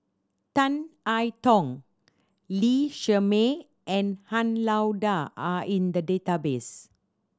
Tan I Tong Lee Shermay and Han Lao Da are in the database